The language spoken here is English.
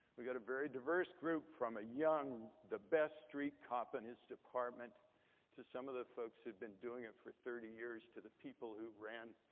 we got a very diverse group from a young the best street cop in his department to some of the folks who had been doing it for thirty years to the people who ran